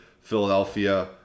Philadelphia